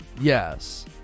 Yes